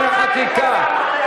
(תיקוני חקיקה),